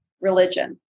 religion